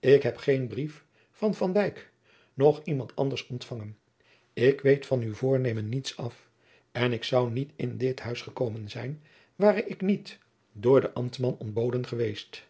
ik heb geen brief van van dyk noch iemand anders ontfangen ik weet van uw voornemen niets af en ik zou niet in dit huis gekomen zijn ware ik niet door den ambtman ontboden geweest